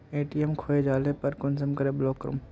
ATM खोये जाले पर कुंसम करे ब्लॉक करूम?